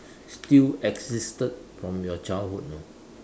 still existed from your childhood you know